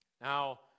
Now